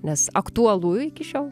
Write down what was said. nes aktualu iki šiol